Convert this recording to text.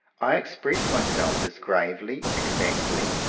i express my self as gravely, exactly,